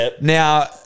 Now